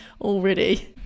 already